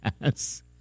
Yes